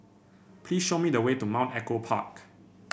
please show me the way to Mount Echo Park